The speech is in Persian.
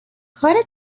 کار